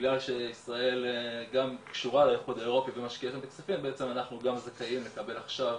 בגלל שישראל גם קשורה לאיחוד האירופי אנחנו גם זכאים לקבל עכשיו,